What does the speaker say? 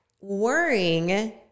worrying